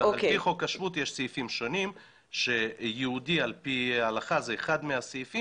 על פי חוק השבות יש סעיפים שונים שיהודי על פי הלכה זה אחד מהסעיפים,